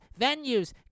venues